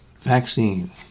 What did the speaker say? vaccine